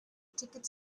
ticket